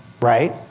right